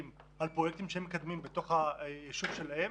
על פרויקטים שהן מקדמות בתוך הישובים שלהן